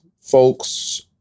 folks